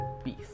Peace